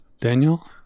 Daniel